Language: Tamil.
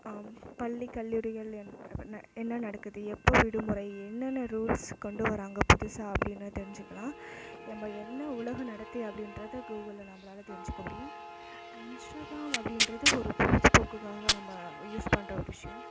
பள்ளி கல்லூரிகளில் என் என்ன நடக்குது எப்போது விடுமுறை என்னென்ன ரூல்ஸ் கொண்டு வராங்க புதுசாக அப்படின்னு தெரிஞ்சுக்கலாம் எப்ப என்ன உலக நடத்தை அப்படின்றத கூகுளில் நம்மளால் தெரிஞ்சுக்க முடியும் இன்ஸ்டாகிராம் அப்படின்றது ஒரு பொழுதுபோக்குக்காக நம்ம யூஸ் பண்ணுற ஒரு விஷயம்